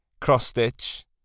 cross-stitch